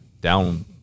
down